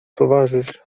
towarzysz